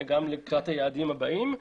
גם לקראת היעדים הבאים.